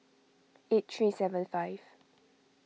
eight three seven five